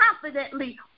confidently